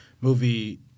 movie